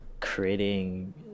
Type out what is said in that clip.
creating